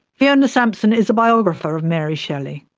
fiona sampson is a biographer of mary shelley.